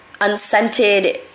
Unscented